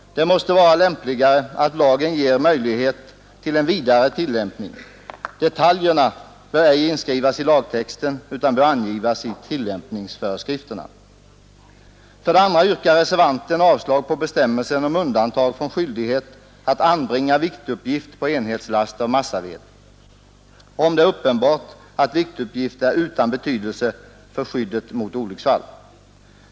Det måste vara lämpligare att lagen ger möjlighet till en vidare tillämpning. Detaljerna bör ej inskrivas i lagtexten utan bör angivas i tillämpningsföreskrifterna. Nr 90 För det andra yrkar reservanten avslag på bestämmelsen om undantag Fredagen den från skyldighet att anbringa viktuppgift på enhetslast av massaved, om 26 maj 1972 det är uppenbart att viktuppgift är utan betydelse för skyddet mot olycksfall.